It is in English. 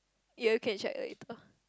you can check later